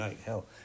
hell